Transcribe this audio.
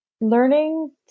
learning